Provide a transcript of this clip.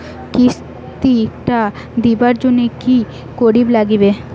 কিস্তি টা দিবার জন্যে কি করির লাগিবে?